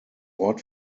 ort